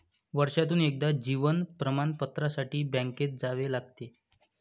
वर्षातून एकदा जीवन प्रमाणपत्रासाठी बँकेत जावे लागते